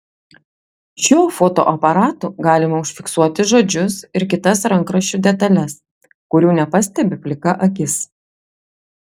šiuo fotoaparatu galima užfiksuoti žodžius ir kitas rankraščių detales kurių nepastebi plika akis